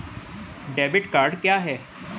Debit card क्या है?